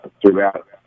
throughout